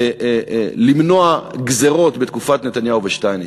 למנוע גזירות בתקופת נתניהו ושטייניץ.